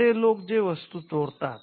असे लोक जे वस्तू चोरतात